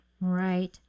Right